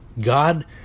God